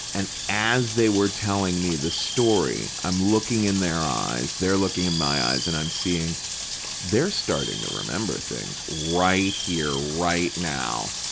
and as they were telling me the story, i'm looking in their eyes, they're looking in my eyes, and i'm seeing they're starting to remember things right here, right now,